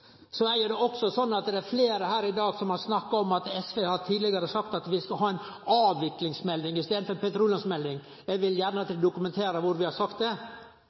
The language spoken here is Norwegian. i dag som har snakka om at SV tidlegare har sagt at vi skal ha ei avviklingsmelding i staden for ei petroleumsmelding. Eg vil gjerne at dei dokumenterer kvar vi har sagt det.